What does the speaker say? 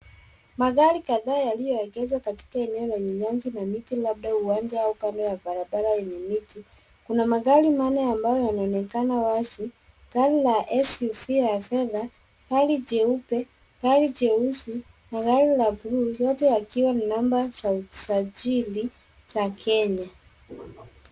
Magari kadhaa yaliyoegezwa katika eneo lenye nyasi na miti labda uwanja au kando ya ya barabara yenye miti. Kuna magari manne ambayo yanaonekana wazi. Gari la SUV la fedha, gari jeupe, gari jeusi na gari la bluu yote yakiwa na namba za usajili za kenya.